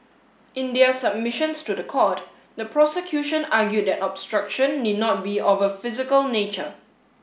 in their submissions to the court the prosecution argued that obstruction need not be of a physical nature